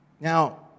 Now